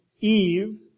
Eve